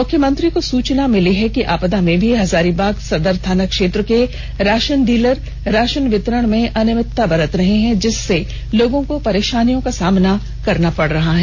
मुख्यमंत्री को सूचना मिली है कि आपदा में भी हजारीबाग मुफस्सिल थाना क्षेत्र के राशन डीलर राषन वितरण में अनियमितता कर रहे हैं जिससे लोगों को परेशानी का सामना करना पड़ रहा है